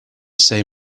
say